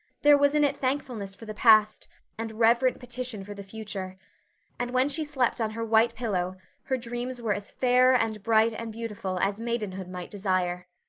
there was in it thankfulness for the past and reverent petition for the future and when she slept on her white pillow her dreams were as fair and bright and beautiful as maidenhood might desire.